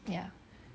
ya